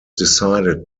decided